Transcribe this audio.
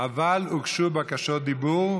אבל הוגשו בקשות דיבור,